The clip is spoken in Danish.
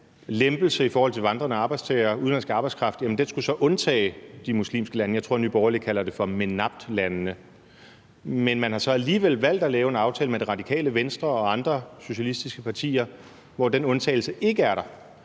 den lempelse i forhold til vandrende arbejdstagere, udenlandsk arbejdskraft, skulle undtage de muslimske lande – jeg tror, Nye Borgerlige kalder det for MENAPT-landene – men at man så alligevel har valgt at lave en aftale med Radikale Venstre og andre socialistiske partier, hvor den undtagelse ikke er der?